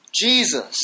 Jesus